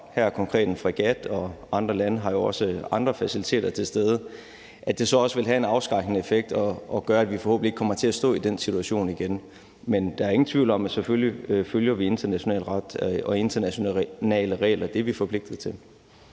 her konkret en fregat, og andre lande har jo også andre faciliteter til stede, vil det have en afskrækkende effekt og gøre, at vi forhåbentlig ikke kommer til at stå i den situation igen. Men der er ingen tvivl om, at selvfølgelig følger vi international ret og internationale regler; det er vi forpligtet til.